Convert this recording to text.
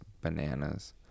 bananas